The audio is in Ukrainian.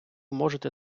можете